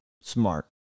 smart